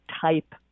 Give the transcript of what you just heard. type